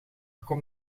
komt